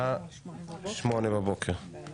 הצבעה בעד, 0 נגד, 2 נמנעים, אין לא